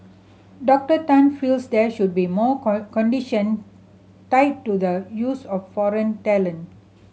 Doctor Tan feels there should be more condition tied to the use of foreign talent